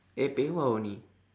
eh pei-hwa only